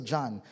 John